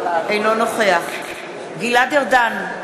אינו נוכח גלעד ארדן,